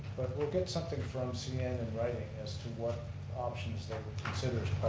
we'll get something from cn in writing as to what options they consider as